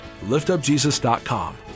liftupjesus.com